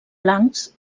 blancs